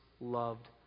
loved